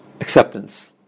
acceptance